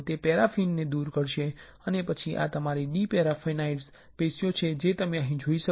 તે પેરાફિન ને દૂર કરશે અને તે પછી આ તમારી ડિપેરાફિનાઇઝ્ડ પેશીઓ છે જે તમે અહીં જોઈ શકો છો